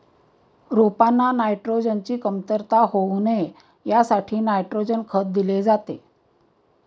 रोपांना नायट्रोजनची कमतरता होऊ नये यासाठी नायट्रोजन खत दिले जाते